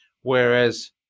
Whereas